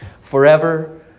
forever